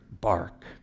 bark